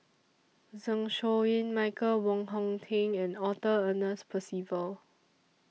Zeng Shouyin Michael Wong Hong Teng and Arthur Ernest Percival